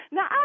Now